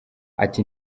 ati